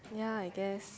ya I guess